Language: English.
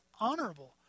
honorable